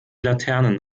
laternen